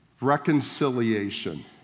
reconciliation